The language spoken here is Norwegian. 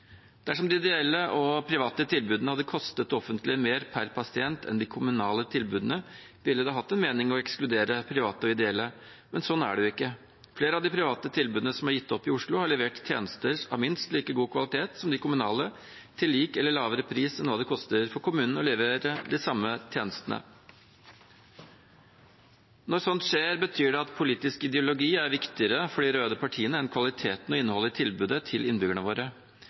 Dersom de ideelle og private tilbudene hadde kostet det offentlige mer per pasient enn de kommunale tilbudene, ville det hatt en mening å ekskludere private og ideelle, men sånn er det jo ikke. Flere av de private tilbudene som har gitt opp i Oslo, har levert tjenester av minst like god kvalitet som de kommunale til lik eller lavere pris enn hva det koster for kommunen å levere de samme tjenestene. Når sånt skjer, betyr det at politisk ideologi er viktigere for de røde partiene enn kvaliteten og innholdet i tilbudet til innbyggerne våre.